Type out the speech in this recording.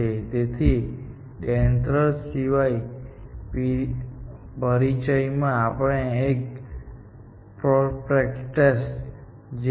તેથી ડેન્ડ્રલ સિવાય પરિચયમાં આપણે પ્રોસ્પેક્ટર્સ જેવી બાબતોનો પણ ઉલ્લેખ કરી શકીએ છીએ જે તેલ અને ખનિજો વગેરે શોધવા માટે નિષ્ણાત સિસ્ટમ હતી